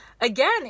Again